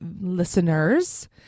listeners